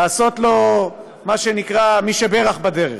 לעשות לו מה שנקרא "מי שבירך" בדרך.